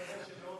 ואני מקווה